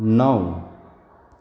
नौ